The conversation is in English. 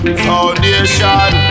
foundation